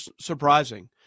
surprising